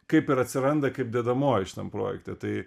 kaip ir atsiranda kaip dedamoji šitam projekte tai